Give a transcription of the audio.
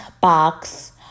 box